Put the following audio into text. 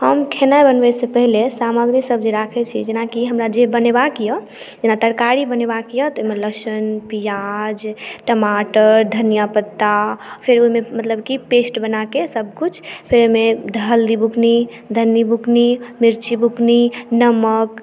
हम खेनाई बनबय सॅं पहिले सामग्री सब जे राखै छियै जेना की हमरा जे बनेबाक यऽ जेना तरकारी बनेबाक यऽ तऽ ओहिमे लहसन प्याज टमाटर धनिया पत्ता फेर ओहिमे मतलब की पेस्ट बनाके सभ किछु फेर ओहिमे हल्दी बुकनी धनी बुकनी मिर्ची बुकनी नमक